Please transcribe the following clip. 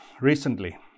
recently